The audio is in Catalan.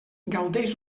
gaudeix